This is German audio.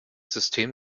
system